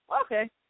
okay